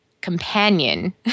companion